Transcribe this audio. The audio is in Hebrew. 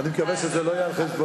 אני מקווה שזה לא יהיה על חשבוני.